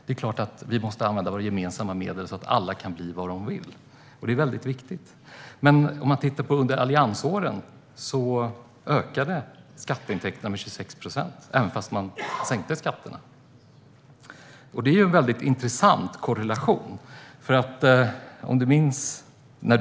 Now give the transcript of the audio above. Det är klart att vi måste använda våra gemensamma medel så att alla kan bli vad de vill - detta är väldigt viktigt. Under alliansåren ökade skatteintäkterna med 26 procent, trots att skatterna sänktes. Denna korrelation är väldigt intressant.